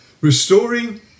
restoring